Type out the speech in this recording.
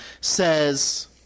says